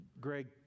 Greg